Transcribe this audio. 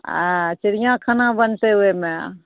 आ चिड़ियाखाना बनतै ओहिमे